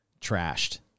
trashed